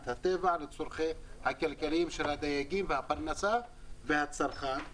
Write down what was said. הטבע לצרכים הכלכליים של הדייגים והפרנסה והצרכן.